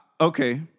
Okay